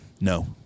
No